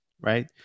Right